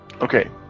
Okay